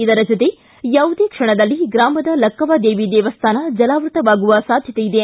ಇದರ ಜೊತೆ ಯಾವುದೇ ಕ್ಷಣದಲ್ಲಿ ಗ್ರಾಮದ ಲಕ್ಕವ್ವದೇವಿ ದೇವಸ್ಥಾನ ಜಲಾವೃತವಾಗುವ ಸಾಧ್ಯತೆ ಇದೆ